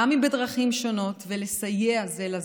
גם אם בדרכים שונות, ולסייע זה לזה.